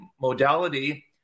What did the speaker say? modality